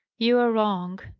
you are wrong,